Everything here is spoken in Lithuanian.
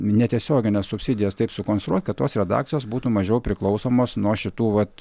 netiesiogines subsidijas taip sukonstruot kad tos redakcijos būtų mažiau priklausomos nuo šitų vat